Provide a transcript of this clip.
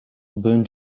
burned